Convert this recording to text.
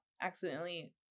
accidentally –